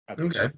Okay